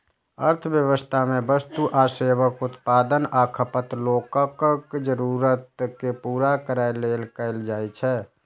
अर्थव्यवस्था मे वस्तु आ सेवाक उत्पादन आ खपत लोकक जरूरत कें पूरा करै लेल कैल जाइ छै